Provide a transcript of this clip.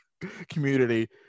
community